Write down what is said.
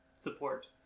support